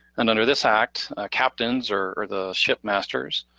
and under this act, captains, or the ship masters,